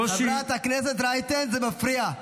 חברת הכנסת רייטן, זה מפריע.